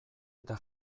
eta